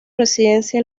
residencia